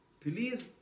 please